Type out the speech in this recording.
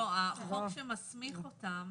לא, החוק שמסמיך אותם